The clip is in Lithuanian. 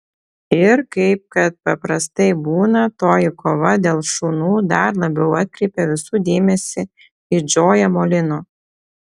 ir kaip kad paprastai būna toji kova dėl šunų dar labiau atkreipė visų dėmesį į džoją molino